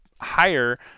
higher